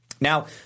Now